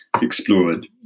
explored